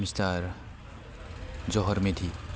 mister Jahar Medhi